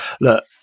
look